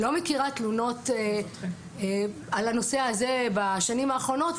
לא מכירה תלונות על הנושא הזה בשנים האחרונות.